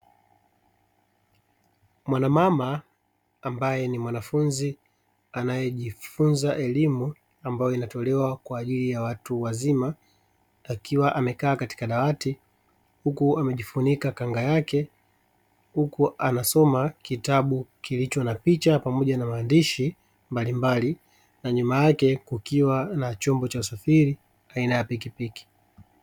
Mwanamama ambaye ni mwanafunzi anayejifunza elimu ambayo inatolewa kwa ajili ya watu wazima akiwa amekaa katika dawati huku amejifunika kanga yake, huku anasoma kitabu kilicho na picha pamoja na maandishi mbalimbali na nyuma yake kukiwa na chombo cha usafiri aina ya pikipiki.